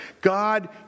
God